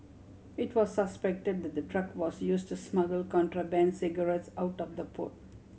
it was suspected that the truck was use to smuggle contraband cigarettes out of the port